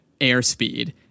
airspeed